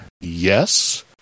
Yes